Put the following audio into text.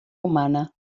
humana